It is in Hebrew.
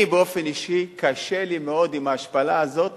אני, באופן אישי, קשה לי מאוד עם ההשפלה הזאת